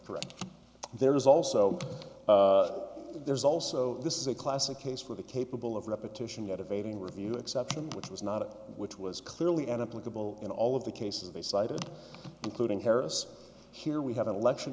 is also there's also this is a classic case where the capable of repetition that evading review exception which was not it which was clearly an applicable in all of the cases they cited including harris here we have an election